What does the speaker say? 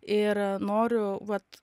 ir noriu vat